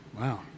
wow